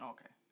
Okay